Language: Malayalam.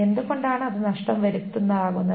എന്തുകൊണ്ടാണ് അത് നഷ്ടം വരുത്തുന്നതാകുന്നത്